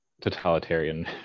totalitarian